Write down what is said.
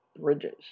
bridges